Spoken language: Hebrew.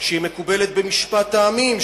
שהיא מקובלת במשפט העמים,